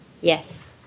Yes